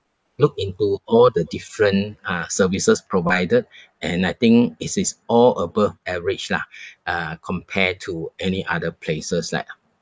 look into all the different uh services provided and I think it is all above average lah uh compare to any other places like